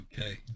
Okay